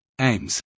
AIMS